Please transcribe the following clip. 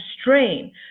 strain